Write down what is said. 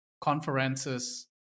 conferences